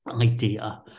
idea